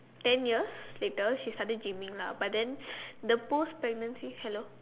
ten years later she started gyming lah but then the post pregnancy hello